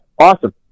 awesome